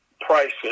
prices